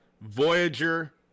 Voyager